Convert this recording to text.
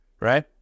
right